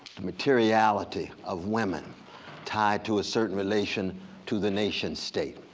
the materiality of women tied to certain relation to the nation state.